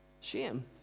Shame